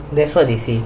that's what they say